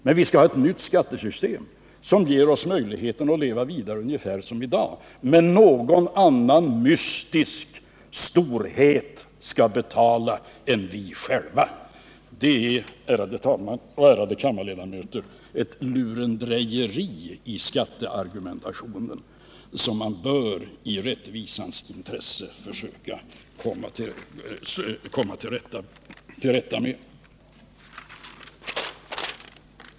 Men vi skall ha ett nytt skattesystem, som ger oss möjlighet att leva vidare ungefär som i dag. Någon annan mystisk storhet skall betala, någon annan än vi själva. Det är, ärade talman och ärade kammarledamöter, ett lurendrejeri i skatteargumentationen som man i rättvisans intresse bör försöka komma till rätta med.